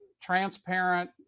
transparent